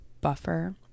buffer